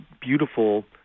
beautiful